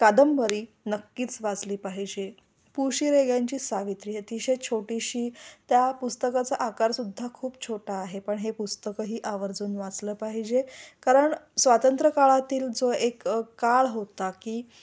कादंबरी नक्कीच वाचली पाहिजे पु शी रेग्यांची सावित्री अतिशय छोटीशी त्या पुस्तकाचा आकारसुद्धा खूप छोटा आहे पण हे पुस्तकंही आवर्जून वाचलं पाहिजे कारण स्वातंत्र काळातील जो एक काळ होता की